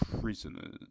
prisoners